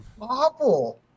awful